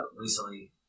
recently